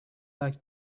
like